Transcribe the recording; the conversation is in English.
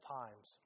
times